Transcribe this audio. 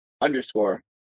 underscore